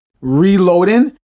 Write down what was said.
reloading